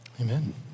Amen